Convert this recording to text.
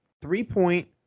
three-point